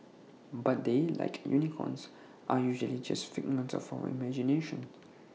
but they like unicorns are usually just figments of our imagination